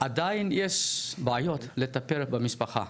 עדיין יש בעיות לטפל במשפחה,